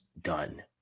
done